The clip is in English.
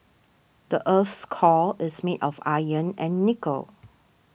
the earth's core is made of iron and nickel